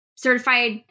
certified